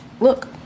look